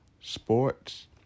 sports